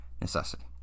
necessity